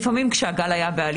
מה הנתונים הנוכחיים לגבי התפשטות